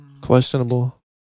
questionable